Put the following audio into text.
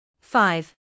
Five